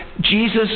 Jesus